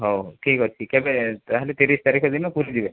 ହଉ ଠିକ୍ ଅଛି କେବେ ତାହେଲେ ତିରିଶ ତାରିଖ ଦିନ ପୁରୀ ଯିବେ